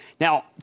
Now